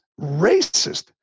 racist